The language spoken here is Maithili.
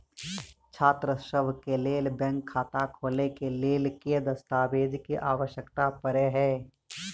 छात्रसभ केँ लेल बैंक खाता खोले केँ लेल केँ दस्तावेज केँ आवश्यकता पड़े हय?